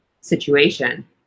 situation